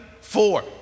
Four